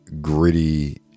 gritty